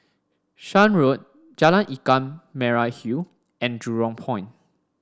Shan Road Jalan Ikan Merah Hill and Jurong Point